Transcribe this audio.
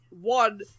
one